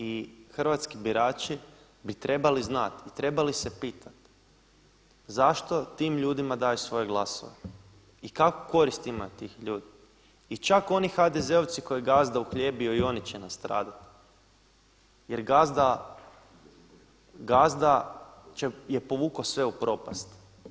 I hrvatski birači bi trebali znati i trebali se pitati, zašto tim ljudima daju svoje glasove i kakvu korist imaju od tih ljudi i čak oni HDZ-ovci koje je gazda uhljebio i oni će nastradati jer gazda je povukao sve u propast.